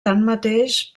tanmateix